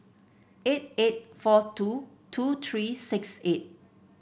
eight eight four two two three six eight